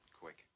quick